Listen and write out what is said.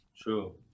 true